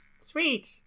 Sweet